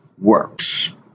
works